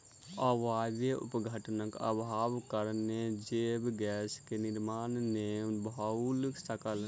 अवायवीय अपघटनक अभावक कारणेँ जैव गैस के निर्माण नै भअ सकल